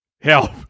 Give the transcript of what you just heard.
help